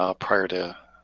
ah prior to